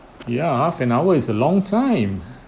ya half an hour is a long time